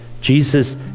Jesus